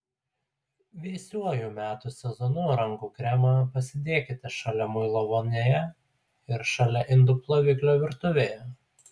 vėsiuoju metų sezonu rankų kremą pasidėkite šalia muilo vonioje ir šalia indų ploviklio virtuvėje